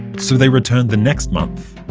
so they returned the next month.